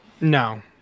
No